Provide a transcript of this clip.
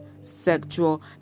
sexual